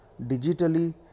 Digitally